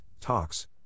talks